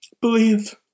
Believe